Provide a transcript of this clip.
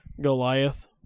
Goliath